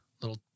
little